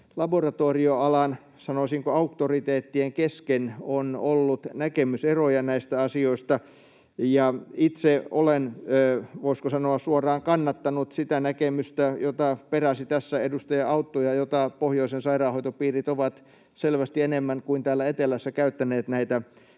laboratorioalan, sanoisinko, auktoriteettien kesken on ollut näkemyseroja näistä asioista. Itse olen, voisiko sanoa, suoraan kannattanut sitä näkemystä, jota peräsi tässä edustaja Autto ja jota pohjoisen sairaanhoitopiirit ovat käyttäneet selvästi enemmän kuin sairaanhoitopiirit täällä etelässä: